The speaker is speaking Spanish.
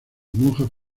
monjas